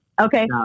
okay